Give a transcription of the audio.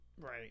right